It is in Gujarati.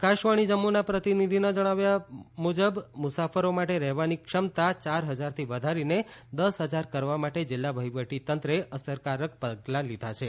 આકાશવાણી જમ્મુના પ્રતિનિધિના જણાવ્યા અનુસાર મુસાફરો માટે રહેવાની ક્ષમતા ચાર હજારથી વધારીને દસ હજાર કરવા માટે જિલ્લા વહીવટીતંત્રે અસરકારક પગલા લીધા છે